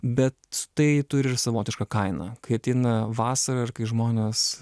bet tai turi ir savotišką kainą kai ateina vasara ir kai žmonės